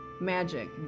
magic